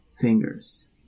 fingers